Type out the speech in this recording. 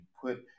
put